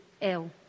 ill